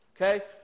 okay